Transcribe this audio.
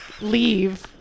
leave